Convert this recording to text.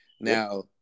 Now